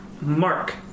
Mark